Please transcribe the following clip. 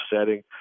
setting